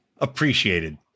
appreciated